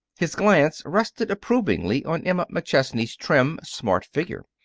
his glance rested approvingly on emma mcchesney's trim, smart figure.